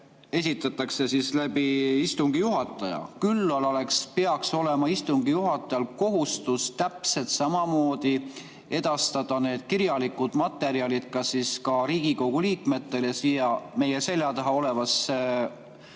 et selle esitab istungi juhataja, küll peaks olema istungi juhatajal kohustus täpselt samamoodi edastada need kirjalikud materjalid ka Riigikogu liikmetele ja siin meie selja taga olevasse